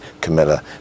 Camilla